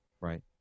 Right